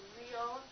real